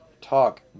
talk